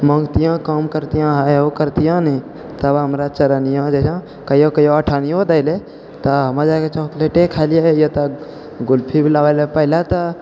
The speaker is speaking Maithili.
माँगतिअ काम करितिअ हाइ हो करितिहँ नहि तब हमरा चरनिओ जे छै कहिओ कहिओ अठनिओ देले तऽ हमे जाकऽ चॉकलेटे खइले रहिए तऽ गुल्फीवला पहिले तऽ